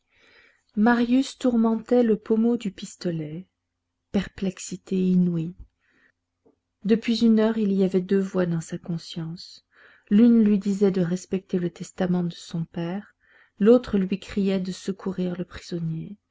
marius tourmentait le pommeau du pistolet perplexité inouïe depuis une heure il y avait deux voix dans sa conscience l'une lui disait de respecter le testament de son père l'autre lui criait de secourir le prisonnier